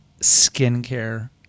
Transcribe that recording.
Skincare